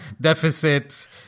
deficit